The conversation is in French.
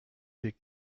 des